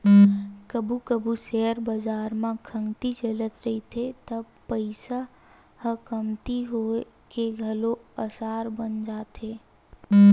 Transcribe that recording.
कभू कभू सेयर बजार म खंगती चलत रहिथे त पइसा ह कमती होए के घलो असार बन जाथे